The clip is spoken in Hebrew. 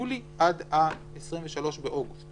ביולי עד 23 באוגוסט.